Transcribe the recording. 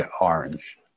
orange